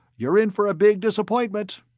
you're in for a big disappointment.